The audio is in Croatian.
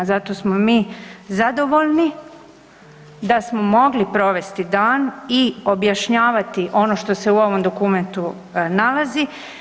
Zato smo mi zadovoljni da smo mogli provesti dan i objašnjavati ono što se u ovom dokumentu nalazi.